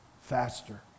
faster